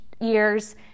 years